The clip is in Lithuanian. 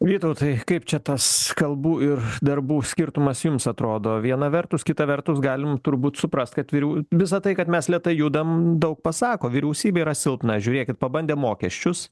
vytautai kaip čia tas kalbų ir darbų skirtumas jums atrodo viena vertus kita vertus galim turbūt suprast kad vyriau visa tai kad mes lėtai judam daug pasako vyriausybė yra silpna žiūrėkit pabandėm mokesčius